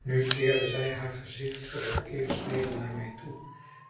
nu keerde zij haar gezicht voor het eerst weder naar mij toe